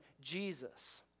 Jesus